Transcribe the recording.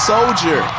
Soldier